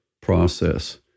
process